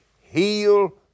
heal